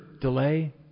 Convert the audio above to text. delay